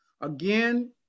Again